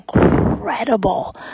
incredible